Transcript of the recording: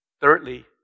thirdly